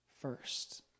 first